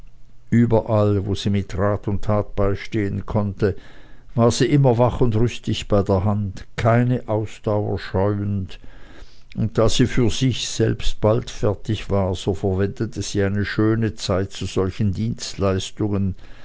überall wo sie mit rat und tat beistehen konnte war sie immer wach und rüstig bei der hand keine ausdauer scheuend und da sie für sich bald fertig war so verwendete sie eine schöne zeit zu solchen dienstleistungen